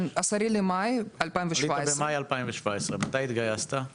כן ב-10 למאי 2017. עלית במאי 2017, מתי התגייסת?